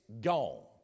gone